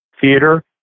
theater